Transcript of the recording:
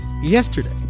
yesterday